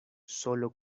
sólo